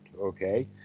okay